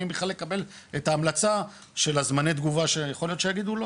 ואם בכלל לקבל את ההמלצה של זמני תגובה שיכול להיות שיגידו לא,